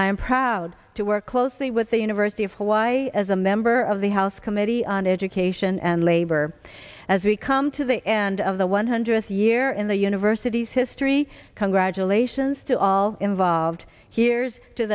am proud to work closely with the university of hawaii as a member of the house committee on education and labor as we come to the end of the one hundredth year in the university's history congratulations to all involved heres to